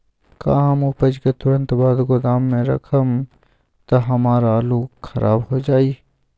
का हम उपज के तुरंत बाद गोदाम में रखम त हमार आलू खराब हो जाइ?